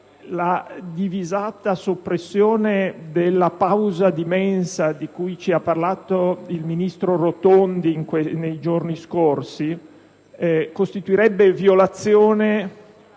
la divisata soppressione della pausa di mensa di cui ci ha parlato il ministro Rotondi nei giorni scorsi costituirebbe violazione